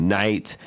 night